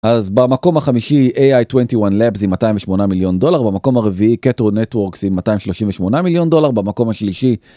אז במקום החמישי AI21 Labs עם 208 מיליון דולר במקום הרביעי Cato Network עם 238 מיליון דולר. במקום השלישי